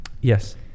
yes